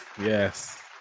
yes